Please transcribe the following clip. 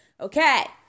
Okay